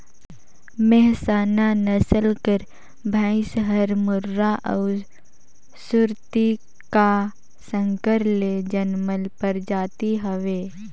मेहसाना नसल कर भंइस हर मुर्रा अउ सुरती का संकर ले जनमल परजाति हवे